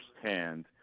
firsthand